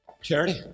Charity